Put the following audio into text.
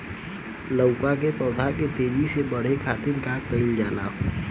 लउका के पौधा के तेजी से बढ़े खातीर का कइल जाला?